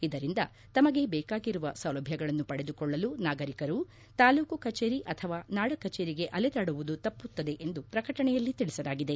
ಇದರಿಂದ ತಮಗೆ ಬೇಕಾಗಿರುವ ಸೌಲಭ್ಯಗಳನ್ನು ಪಡೆದುಕೊಳ್ಳಲು ನಾಗರಿಕರು ತಾಲೂಕು ಕಚೇರಿ ಅಥವಾ ನಾಡಕಚೇರಿಗೆ ಅಲೆದಾಡುವುದು ತಪ್ಪುತ್ತದೆ ಎಂದು ಪ್ರಕಟಣೆಯಲ್ಲಿ ತಿಳಿಸಲಾಗಿದೆ